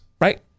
right